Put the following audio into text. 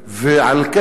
ועל כן,